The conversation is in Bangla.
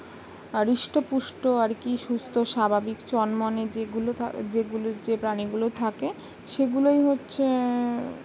আর হৃষ্ট পুষ্ট আর কি সুস্থ স্বাভাবিক চনমনে যেগুলো ধা যেগুলোর যে প্রাণীগুলো থাকে সেগুলোই হচ্ছে